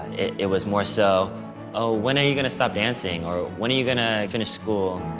it was more so oh when are you gonna stop dancing, or when are you gonna finish school.